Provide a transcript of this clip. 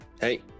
hey